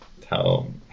tell